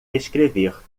escrever